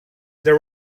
there